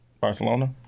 Barcelona